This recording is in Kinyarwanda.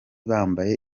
bambaye